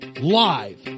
Live